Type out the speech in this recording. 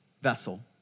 vessel